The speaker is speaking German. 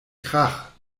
krach